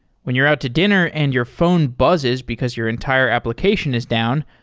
when you're out to dinner and your phone buzzes because your entire application is down,